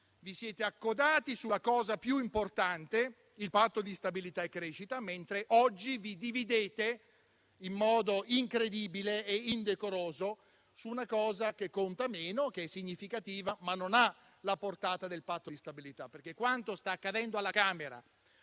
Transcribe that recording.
Vi siete accodati sulla cosa più importante, il Patto di stabilità e crescita, mentre oggi vi dividete, in modo incredibile e indecoroso, su una cosa che conta meno, che è significativa, ma non ha la portata del Patto di stabilità, perché quanto sta accadendo alla Camera